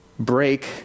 break